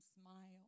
smile